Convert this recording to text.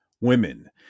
women